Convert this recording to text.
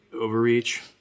overreach